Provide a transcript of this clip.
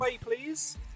please